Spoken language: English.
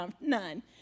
none